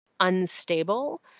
unstable